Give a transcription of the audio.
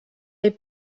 est